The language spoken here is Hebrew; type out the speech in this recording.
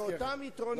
ואותם יתרונות,